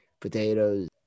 potatoes